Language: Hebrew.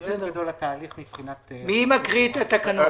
זה התהליך מבחינת --- מי מקריא את התקנות?